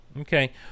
okay